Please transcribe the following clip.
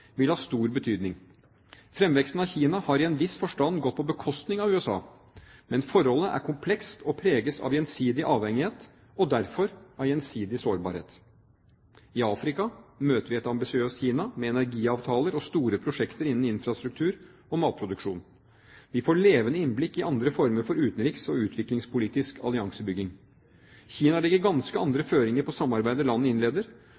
vil ha stor betydning. Fremveksten av Kina har i en viss forstand gått på bekostning av USA. Men forholdet er komplekst og preges av gjensidig avhengighet – og derfor av gjensidig sårbarhet. I Afrika møter vi et ambisiøst Kina, med energiavtaler og store prosjekter innen infrastruktur og matproduksjon. Vi får levende innblikk i andre former for utenriks- og utviklingspolitisk alliansebygging. Kina legger ganske andre føringer på samarbeidet landet innleder,